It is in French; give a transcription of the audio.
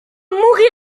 mourir